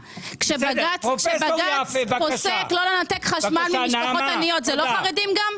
כשבג"ץ פוסק לא לנתק חשמל ממשפחות עניות זה לא חרדים גם?